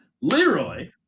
Leroy